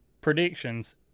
predictions